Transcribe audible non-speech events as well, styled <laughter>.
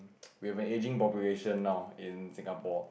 <noise> we have an ageing population now in Singapore